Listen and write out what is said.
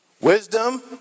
wisdom